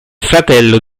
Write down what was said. fratello